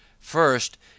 First